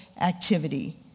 activity